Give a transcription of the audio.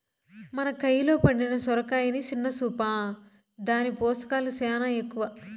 మన కయిలో పండిన సొరకాయని సిన్న సూపా, దాని పోసకాలు సేనా ఎక్కవ